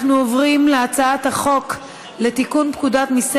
ההצעה עברה בקריאה ראשונה וחוזרת לדיון בוועדה